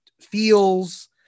feels